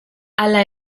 hala